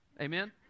Amen